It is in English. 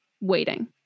waiting